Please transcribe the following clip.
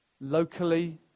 Locally